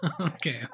Okay